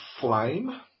Flame